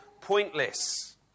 pointless